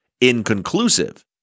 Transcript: inconclusive